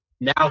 Now